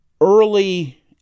early